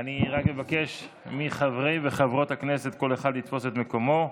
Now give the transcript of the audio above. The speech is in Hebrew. אני רק מבקש מחברי וחברות הכנסת שכל אחד יתפוס את מקומו.